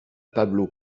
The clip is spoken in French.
pablo